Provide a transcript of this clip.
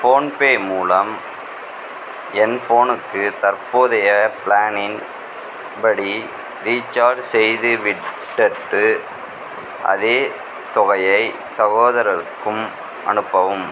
phone பே மூலம் என் ஃபோனுக்கு தற்போதைய ப்ளானின்படி ரீசார்ச் செய்து விட்டுட்டு அதே தொகையை சகோதரருக்கும் அனுப்பவும்